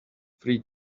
free